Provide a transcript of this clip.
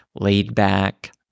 laid-back